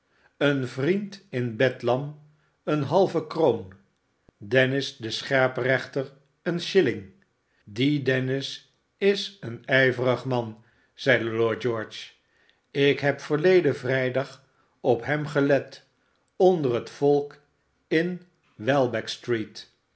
een vriend in bedlam een halve kroon dennis de scherprechter een shilling die dennis is een ijverig man zeide lord george ik heb verleden vrijdag op hem gelet onder het volk in